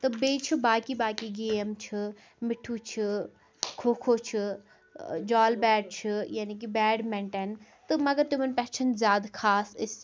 تہٕ بیٚیہِ چھُ باقٕے باقٕے گیم چھِ مِٹھوٗ چھِ کھو کھو چھِ جال بیٹ چھِ یعنے کہِ بیڈمِنٹَن تہٕ مگر تِمَن پٮ۪ٹھ چھَنہٕ زیادٕ خاص أسۍ